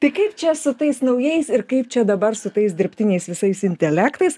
tai kaip čia su tais naujais ir kaip čia dabar su tais dirbtiniais visais intelektais